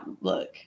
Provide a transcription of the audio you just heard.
Look